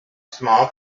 small